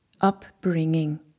upbringing